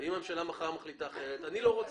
אם הממשלה מחר מחליטה אחרת, אני לא רוצה.